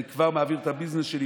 כבר מעביר את הביזנס שלי,